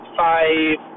five